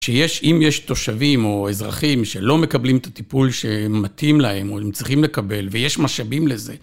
שיש, אם יש תושבים או אזרחים שלא מקבלים את הטיפול שמתאים להם או הם צריכים לקבל ויש משאבים לזה.